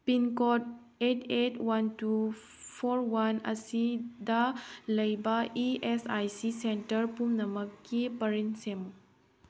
pincode ꯑꯦꯗ ꯑꯦꯗ one two four one ꯑꯁꯤꯗ ꯂꯩꯕ E S I C centre ꯄꯨꯝꯅꯃꯛꯀꯤ ꯄꯔꯤꯡ ꯁꯦꯝꯃꯨ